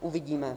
Uvidíme.